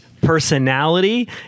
personality